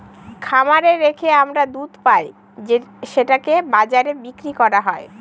খামারে রেখে আমরা দুধ পাই সেটাকে বাজারে বিক্রি করা হয়